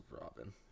Robin